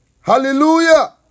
Hallelujah